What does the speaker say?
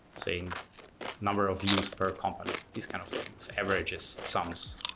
saying number of views per company, these kind of things averages, sums,